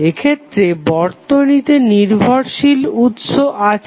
এক্ষেত্রে বর্তনীতে নির্ভরশীল উৎস আছে